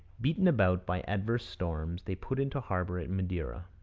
beaten about by adverse storms, they put into harbour at madeira,